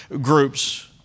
groups